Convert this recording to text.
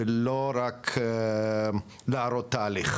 ולא רק להראות תהליך.